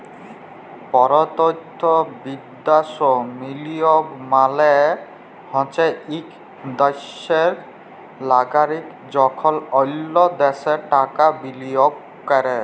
পরতখ্য বিদ্যাশে বিলিয়গ মালে হছে ইক দ্যাশের লাগরিক যখল অল্য দ্যাশে টাকা বিলিয়গ ক্যরে